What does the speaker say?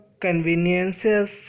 conveniences